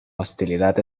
hostilidad